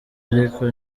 ariko